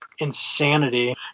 insanity